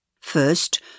First